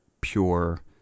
pure